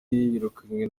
yirukanywe